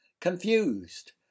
confused